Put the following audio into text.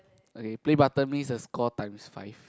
okay play button means the score times five